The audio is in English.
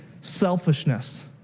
selfishness